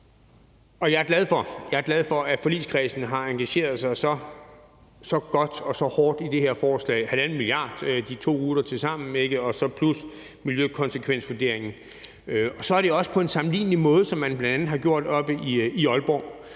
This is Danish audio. Jeg er glad for, at forligskredsen har engageret sig så godt og så hårdt i det her forslag med 1½ mia. kr. til de to ruter tilsammen plus miljøkonsekvensvurderingen. Og så er det også på en sammenlignelig måde, som man bl.a. har gjort det oppe i Aalborg.